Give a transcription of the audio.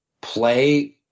play